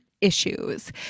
issues